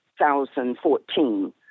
2014